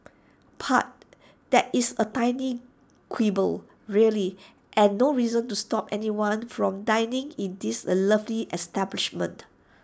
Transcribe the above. but that is A tiny quibble really and no reason to stop anyone from dining in this A lovely establishment